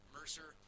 Mercer